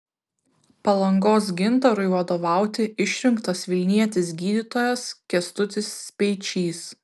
palangos gintarui vadovauti išrinktas vilnietis gydytojas kęstutis speičys